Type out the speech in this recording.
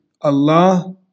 Allah